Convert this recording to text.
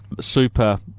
super